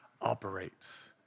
operates